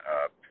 up